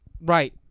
Right